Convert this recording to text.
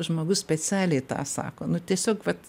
žmogus specialiai tą sako nu tiesiog vat